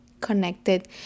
connected